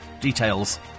Details